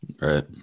Right